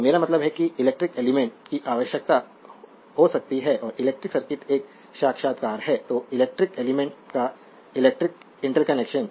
तो मेरा मतलब है कि इलेक्ट्रिक एलिमेंट्स की आवश्यकता हो सकती है और इलेक्ट्रिक सर्किट एक साक्षात्कार है तो इलेक्ट्रिक एलिमेंट्स का इलेक्ट्रिक इंटरकनेक्शन